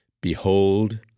Behold